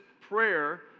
prayer